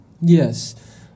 Yes